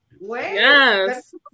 Yes